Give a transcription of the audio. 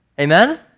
Amen